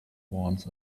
warns